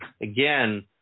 again